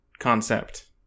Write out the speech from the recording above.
concept